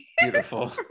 Beautiful